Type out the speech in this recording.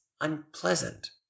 unpleasant